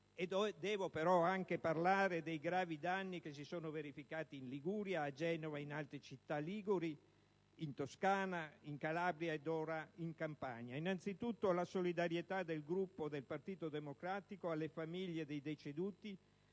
Devo però parlare anche dei gravi danni che si sono verificati in Liguria (a Genova e in altre città liguri), in Toscana, in Calabria e ora in Campania. Innanzitutto, esprimo la solidarietà del Gruppo del Partito Democratico alle famiglie dei deceduti